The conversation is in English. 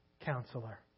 counselor